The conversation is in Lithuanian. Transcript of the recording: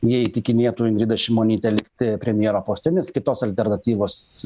jie įtikinėtų ingridą šimonytę likti premjero poste nes kitos alternatyvos